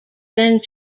than